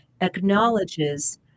acknowledges